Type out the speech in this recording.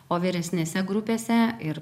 o vyresnėse grupėse ir